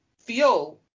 feel